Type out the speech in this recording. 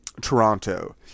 Toronto